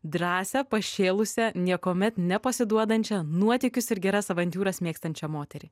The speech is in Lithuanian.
drąsią pašėlusią niekuomet nepasiduodančią nuotykius ir geras avantiūras mėgstančią moterį